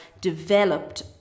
developed